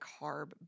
carb